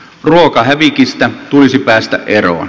ruokahävikistä tulisi päästä eroon